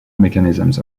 mechanisms